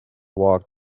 walked